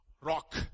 rock